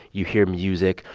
you hear music.